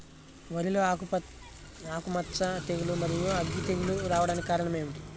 వరిలో ఆకుమచ్చ తెగులు, మరియు అగ్గి తెగులు రావడానికి కారణం ఏమిటి?